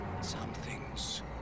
Something's